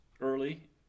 early